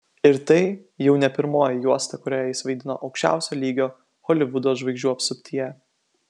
ir tai jau ne pirmoji juosta kurioje jis vaidino aukščiausio lygio holivudo žvaigždžių apsuptyje